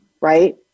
right